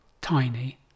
tiny